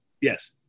Yes